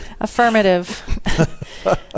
Affirmative